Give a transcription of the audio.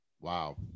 Wow